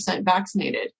vaccinated